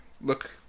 look